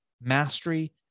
mastery